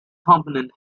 component